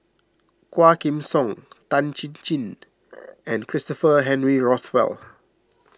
Quah Kim Song Tan Chin Chin and Christopher Henry Rothwell